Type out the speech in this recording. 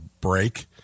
break